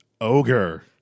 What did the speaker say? ogre